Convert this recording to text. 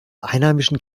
einheimischen